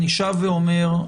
אני שב ואומר,